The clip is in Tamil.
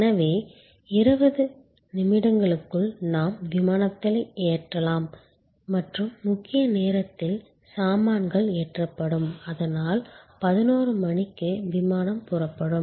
எனவே 20 நிமிடங்களுக்குள் நாம் விமானத்தை ஏற்றலாம் மற்றும் முக்கிய நேரத்தில் சாமான்கள் ஏற்றப்படும் அதனால் 1100 மணிக்கு விமானம் புறப்படும்